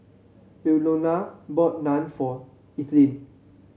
Ilona bought Naan for Ethelyn